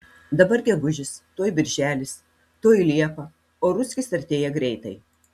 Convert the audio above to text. dabar gegužis tuoj birželis tuoj liepa o ruskis artėja greitai